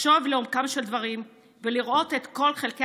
לחשוב לעומקם של דברים ולראות את כל חלקי